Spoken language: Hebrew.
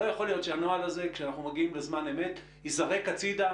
לא יכול להיות שהנוהל הזה כשאנחנו מגיעים לזמן אמת ייזרק הצידה